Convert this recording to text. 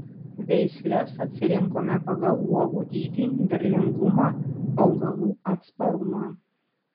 veisles atsirinkome pagal uogų dydį derlingumą augalų atsparumą